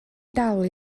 dal